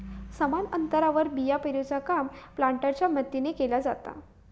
समान अंतरावर बियाणा पेरूचा काम प्लांटरच्या मदतीने केला जाता